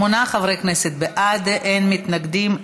שמונה חברי כנסת בעד, אין מתנגדים.